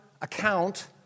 account